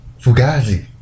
fugazi